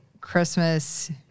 Christmas